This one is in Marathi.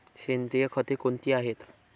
सेंद्रिय खते कोणती आहेत?